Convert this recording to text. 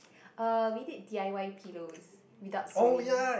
uh we did D_I_Y pillows without sewing